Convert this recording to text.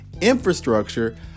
infrastructure